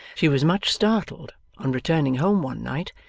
she was much startled, on returning home one night,